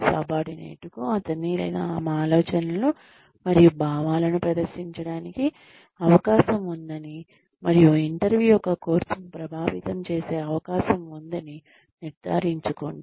సబార్డినేట్కు అతని లేదా ఆమె ఆలోచనలను మరియు భావాలను ప్రదర్శించడానికి అవకాశం ఉందని మరియు ఇంటర్వ్యూ యొక్క కోర్సును ప్రభావితం చేసే అవకాశం ఉందని నిర్ధారించుకోండి